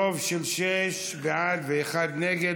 ברוב של שישה בעד ואחד נגד,